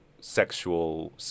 sexual